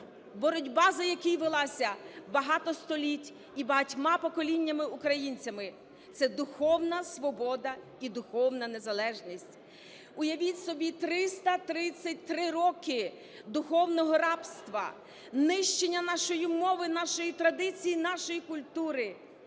боротьба за який велася багато століть і багатьма поколіннями українців – це духовна свобода і духовна незалежність. Уявіть собі, 333 роки духовного рабства, нищення нашої мови, нашої традиції, нашої культури!